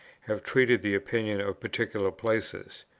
have treated the opinions of particular places.